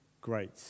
great